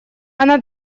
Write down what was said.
она